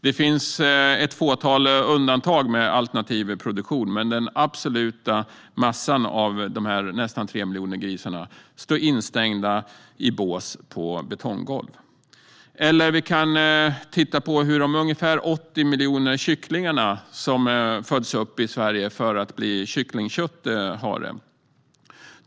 Det finns ett fåtal undantag i alternativ produktion, men den absoluta massan av dessa nästan 3 miljoner grisar står inlåsta i bås på betonggolv. Vi kan också titta på hur de ungefär 80 miljoner kycklingar som föds upp i Sverige för att bli kycklingkött har det.